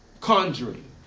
conjuring